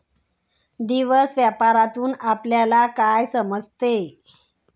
दिवस व्यापारातून आपल्यला काय समजते